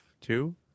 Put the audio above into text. Two